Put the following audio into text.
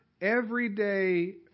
everyday